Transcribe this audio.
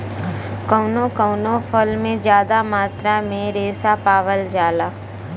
कउनो कउनो फल में जादा मात्रा में रेसा पावल जाला